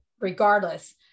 regardless